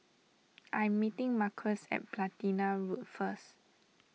I'm meeting Marques at Platina Road first